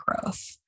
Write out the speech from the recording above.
growth